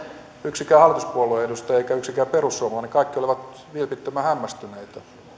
yksikään hallituspuolueen edustaja eikä yksikään perussuomalainen kaikki olivat vilpittömän hämmästyneitä